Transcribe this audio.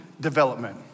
development